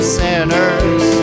sinners